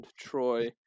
Troy